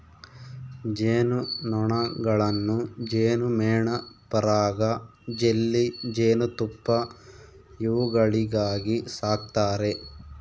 ಜೇನು ನೊಣಗಳನ್ನು ಜೇನುಮೇಣ ಪರಾಗ ಜೆಲ್ಲಿ ಜೇನುತುಪ್ಪ ಇವುಗಳಿಗಾಗಿ ಸಾಕ್ತಾರೆ